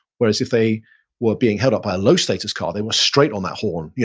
whereas if they were being held up by a low status car, they were straight on that horn, yeah